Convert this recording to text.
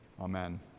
Amen